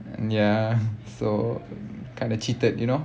ya so kind of cheated you know